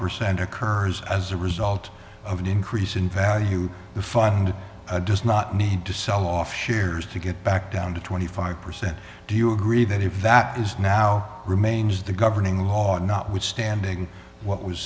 percent occurs as a result of an increase in value the five hundred does not need to sell off shares to get back down to twenty five percent do you agree that if that is now remains the governing law notwithstanding what was